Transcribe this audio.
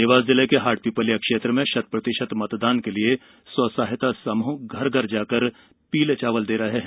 देवास जिले के हाटपीपल्या क्षेत्र में शतप्रतिशत मतदान के लिए स्वसहायता समूह घर घर जाकर पीले चावल दे रहे हैं